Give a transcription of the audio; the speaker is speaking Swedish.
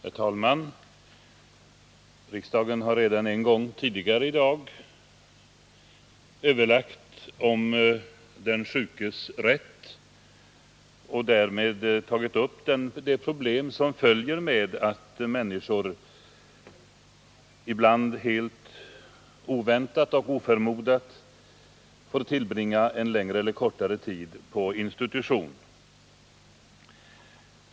Herr talman! Riksdagen har redan tidigare i dag behandlat frågan om sjukas rättigheter och därmed tagit upp de problem som följer av att människor ibland, helt oväntat och oförmodat, får tillbringa en längre eller kortare tid på institution.